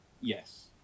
Yes